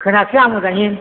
खोनायाखिसै आं मोजाङै